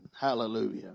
Hallelujah